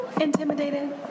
intimidated